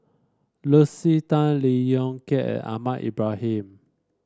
Lucy Tan Lee Yong Kiat and Ahmad Ibrahim